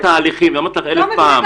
את לא מבינה תהליכים, אני אמרתי לך אלף פעם.